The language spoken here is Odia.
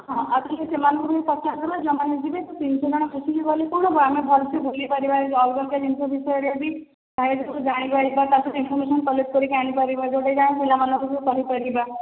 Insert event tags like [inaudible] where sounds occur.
ହଁ ଆଉ ଟିକେ ସେମାନଙ୍କୁ ବି [unintelligible] ପଚାରିଦେବା ମାନେ ଯିବେ ତିନି ଜଣ ମିଶିକି ଗଲେ କଣ ହେବ ଆମେ ଭଲସେ ବୁଲି ପାରିବା ଯେଉଁ ଅଲଗା ଅଲଗା [unintelligible] ଜିନିଷ ବିଷୟରେ ବି ସବୁ ଜାଣିପାରିବା ସବୁ ଇନଫର୍ମେସନ୍ କଲେକ୍ଟ କରିକି ଆଣି ପାରିବା ଯେଉଁଟାକି ଯାହା ପିଲାମାନଙ୍କୁ କହିପାରିବା